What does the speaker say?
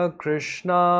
Krishna